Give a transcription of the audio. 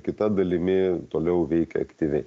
kita dalimi toliau veikia aktyviai